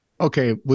Okay